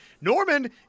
Norman